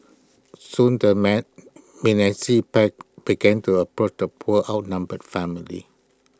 soon the man menacing pack began to approach the poor outnumbered family